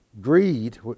greed